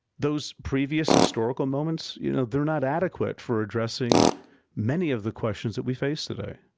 those previous historical moments, you know, they're not adequate for addressing many of the questions that we face today.